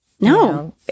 No